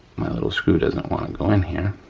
my little screw doesn't wanna go in here.